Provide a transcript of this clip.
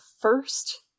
first